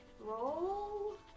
Roll